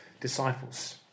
disciples